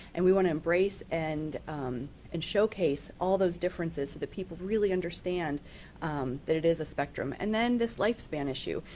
and we want to embrace and and showcase all those differences so people really understand that it is a spectrum and then this lifespan issue.